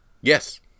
Yes